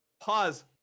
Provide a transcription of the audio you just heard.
Pause